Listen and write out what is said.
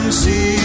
see